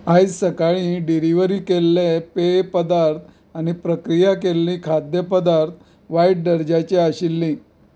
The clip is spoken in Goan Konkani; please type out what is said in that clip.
आयज सकाळीं डिलिव्हरी केल्ले पेय पदार्थ आनी प्रक्रिया केल्लीं खाद्यपदार्थां वायट दर्जाचीं आशिल्लीं